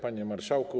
Panie Marszałku!